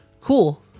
Cool